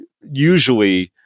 usually